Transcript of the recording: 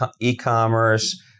e-commerce